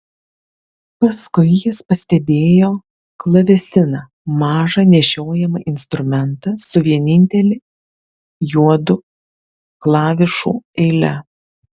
paskui jis pastebėjo klavesiną mažą nešiojamą instrumentą su vienintele juodų klavišų eile